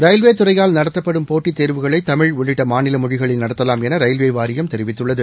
ரயில்வேத் துறையால் நடத்தப்படும் போட்டித் தேர்வுகளை தமிழ் உள்ளிட்ட மாநில மொழிகளில் நடத்தலாம் என ரயில்வே வாரியம் தெரிவித்துள்ளது